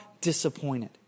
disappointed